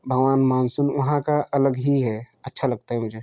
भगवान मानसून वहाँ का अलग ही है अच्छा लगता है मुझे